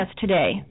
today